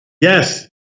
Yes